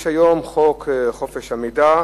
יש היום חוק חופש המידע,